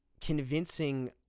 convincing